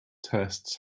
tests